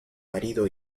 marido